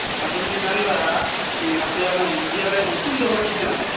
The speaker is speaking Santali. ᱟᱫᱚᱞᱤᱧ ᱢᱮᱱᱮᱫᱟ ᱟᱯᱮ ᱚᱱᱟ ᱮᱱᱡᱤᱭᱚ ᱨᱮᱭᱟᱜ ᱧᱩᱛᱩᱢ ᱫᱚ ᱵᱷᱟᱞᱟ ᱪᱮᱫ ᱠᱟᱱᱟ